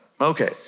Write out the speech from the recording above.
Okay